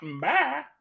Bye